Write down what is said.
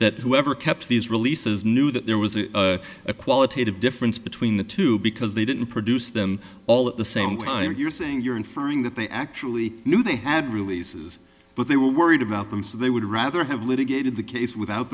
that whoever kept these releases knew that there was a qualitative difference between the two because they didn't produce them all at the same time you're saying you're inferring that they actually knew they had releases but they were worried about them so they would rather have litigated the case without